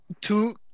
two